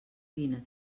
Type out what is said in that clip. vine